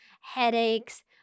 headaches